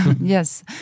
Yes